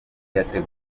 yateguye